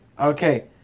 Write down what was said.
Okay